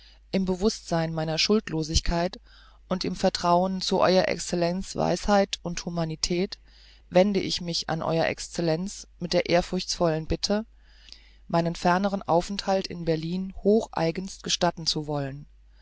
im bewußtsein meiner schuldlosigkeit und im vertrauen zu ew excellenz weisheit und humanität wende ich mich an ew excellenz mit der ehrfurchtsvollen bitte meinen fernern aufenthalt in berlin hochgeneigtest gestatten zu wollen